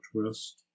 twist